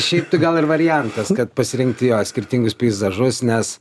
šiaip tai gal ir variantas kad pasirinkti jo skirtingus peizažus nes